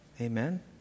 Amen